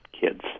kids